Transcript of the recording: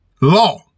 law